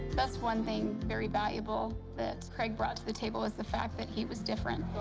that's one thing very valuable that craig brought to the table, was the fact that he was different.